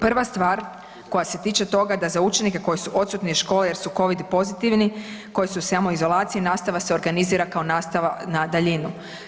Prva stvar koja se tiče toga da za učenike koji su odsutni iz škole jer su Covid pozitivni, koji su u samoizolaciji, nastava se organizira kao nastava na daljinu.